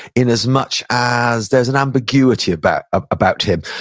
in as much as there's an ambiguity about ah about him.